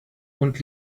und